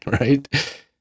Right